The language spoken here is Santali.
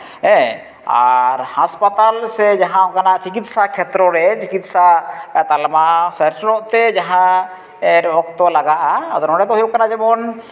ᱦᱮᱸ ᱟᱨ ᱦᱟᱥᱯᱟᱛᱟᱞ ᱥᱮ ᱡᱟᱦᱟᱸ ᱚᱱᱠᱟᱱᱟᱜ ᱪᱤᱠᱤᱛᱥᱟ ᱠᱷᱮᱛᱨᱚ ᱨᱮ ᱪᱤᱠᱤᱛᱥᱟ ᱛᱟᱞᱢᱟ ᱥᱮᱴᱮᱨᱚᱜ ᱛᱮ ᱡᱟᱦᱟᱸ ᱚᱠᱛᱚ ᱞᱟᱜᱟᱜᱼᱟ ᱱᱚᱰᱮ ᱫᱚ ᱦᱩᱭᱩᱜ ᱠᱟᱱᱟ ᱡᱮᱢᱚᱱ